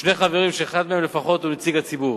ושני חברים שאחד מהם לפחות הוא נציג הציבור.